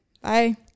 Bye